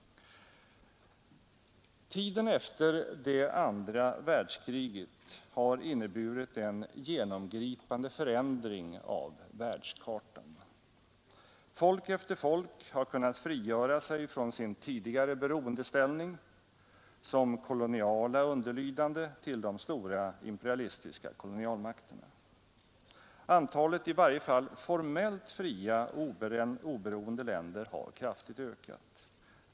Tiden efter det andra världskriget har inneburit en genomgripande förändring av världskartan. Folk efter folk har kunnat frigöra sig från sin tidigare beroendeställning som koloniala underlydande till de stora imperialistiska kolonialmakterna. Antalet i varje fall formellt fria och oberoende länder har kraftigt ökat.